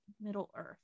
Middle-earth